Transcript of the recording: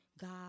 God